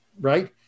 right